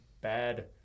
bad